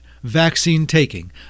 vaccine-taking